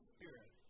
Spirit